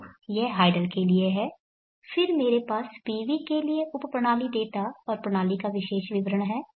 तो यह हाइडल के लिए है फिर मेरे पास PV के लिए उप प्रणाली डेटा और प्रणाली का विशेष विवरण हैं